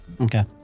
Okay